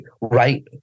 right